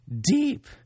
deep